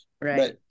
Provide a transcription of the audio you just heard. right